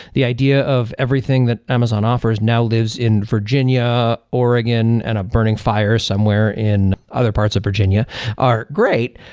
the idea of everything that amazon offers now lives in virginia, oregon, and a burning fire somewhere in other parts of virginia are great,